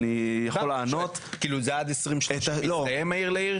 עד 2030 יסתיים מהיר לעיר?